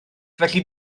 felly